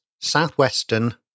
southwestern